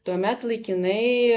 tuomet laikinai